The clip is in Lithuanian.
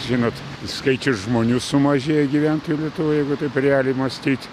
šiemet skaičius žmonių sumažėjo gyventojų lietuvoj jeigu taip realiai mąstyt